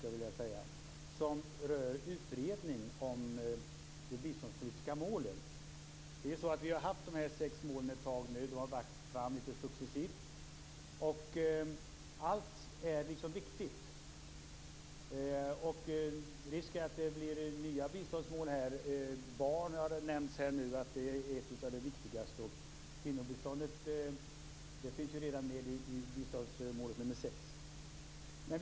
De rör utredning om de biståndspolitiska målen. Vi har nu haft de sex målen ett tag. De har lagts fram successivt. Allt är viktigt. Risken är att det blir nya biståndsmål. Det har här nämnts att förhållandena för barn är ett av de viktigaste målen. Kvinnobiståndet finns redan med i mål nr 6.